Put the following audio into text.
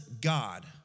God